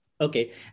Okay